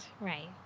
right